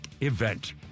event